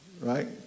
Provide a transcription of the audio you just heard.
Right